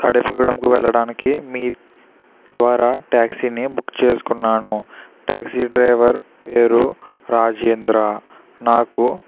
తాడేపల్లి గూడెంకు వెళ్ళడానికి మీ ద్వారా టాక్సీ ని బుక్ చేసుకున్నాను టాక్సీ డ్రైవర్ పేరు రాజేంద్ర నాకు